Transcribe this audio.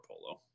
Polo